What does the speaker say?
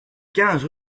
quinze